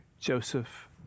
Joseph